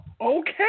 Okay